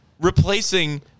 replacing